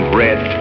red